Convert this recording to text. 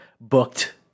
booked